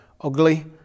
ugly